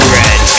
red